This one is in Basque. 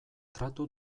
tratu